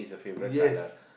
yes